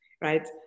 Right